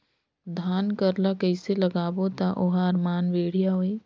धान कर ला कइसे लगाबो ता ओहार मान बेडिया होही?